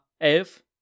Elf